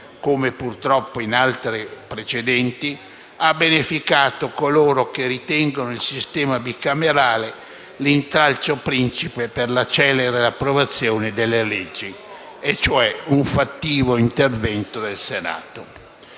(come purtroppo in altre precedenti), ha beneficato coloro che ritengono il sistema bicamerale l'intralcio principe per la celere approvazione delle leggi, cioè un fattivo intervento del Senato.